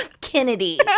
Kennedy